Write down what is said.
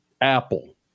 Apple